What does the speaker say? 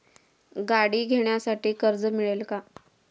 गाडी घेण्यासाठी कर्ज मिळेल का?